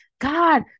God